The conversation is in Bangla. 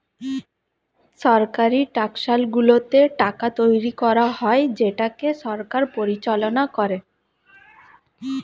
সরকারি টাকশালগুলোতে টাকা তৈরী করা হয় যেটাকে সরকার পরিচালনা করে